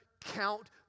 count